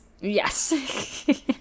Yes